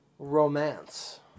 romance